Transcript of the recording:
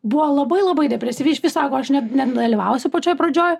buvo labai labai depresyvi iš vis sako aš net nedalyvausiu pačioj pradžioj